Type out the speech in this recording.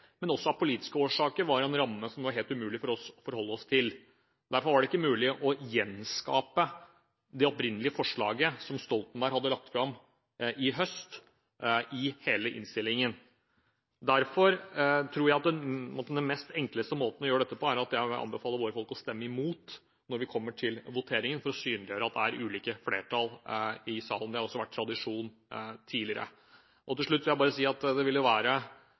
men også av politiske årsaker, var en ramme som var helt umulig for oss å forholde oss til. Derfor var det ikke mulig å gjenskape det opprinnelige forslaget som Stoltenberg-regjeringen hadde lagt fram i høst, i hele innstillingen. Derfor tror jeg at den enkleste måten å gjøre dette på, er at jeg anbefaler våre folk å stemme mot når vi kommer til voteringen, for å synliggjøre at det er ulike flertall i salen. Det har også vært tradisjon tidligere. Det vil jo være litt rart, synes jeg, hvis det skal være slik at man halvannen til